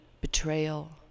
betrayal